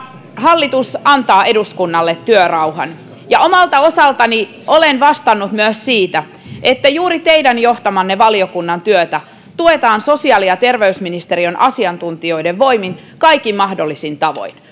hallitus antaa eduskunnalle työrauhan ja omalta osaltani olen vastannut myös siitä että juuri teidän johtamanne valiokunnan työtä tuetaan sosiaali ja terveysministeriön asiantuntijoiden voimin kaikin mahdollisin tavoin